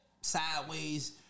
Sideways